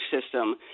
system